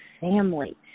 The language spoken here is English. family